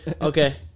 Okay